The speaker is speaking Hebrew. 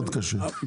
מאוד קשה.